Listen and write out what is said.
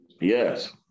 Yes